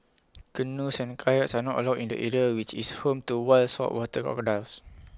canoes and kayaks are not allowed in the area which is home to wild saltwater crocodiles